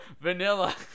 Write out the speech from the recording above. Vanilla